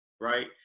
right